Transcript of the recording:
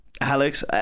Alex